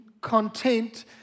content